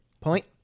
Point